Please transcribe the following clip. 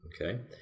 Okay